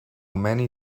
many